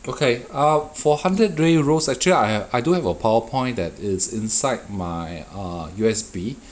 okay uh for hundred day roles actually I I do have a powerpoint that is inside my err U_S_B